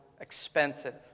expensive